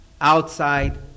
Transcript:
Outside